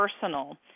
personal